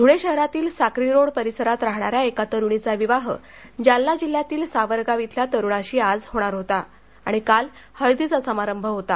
ध्ळे शहरातील साक्रीरोड परिसरात राहणाऱ्या एका तरुणीचा विवाह जालना जिल्ह्यातील सावरगाव इथल्या तरुणाशी आज होणार होता आणि काल हळदीचा समारंभ होता